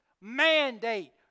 mandate